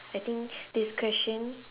I think this question